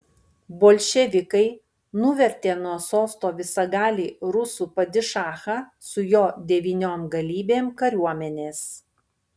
bolševikai nuvertė nuo sosto visagalį rusų padišachą su jo devyniom galybėm kariuomenės